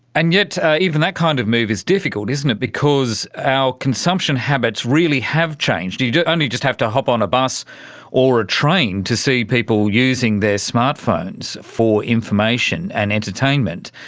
and yet even that kind of move is difficult, isn't it, because our consumption habits really have changed. you only just have to hop on a bus or a train to see people using their smart phones for information and entertainment.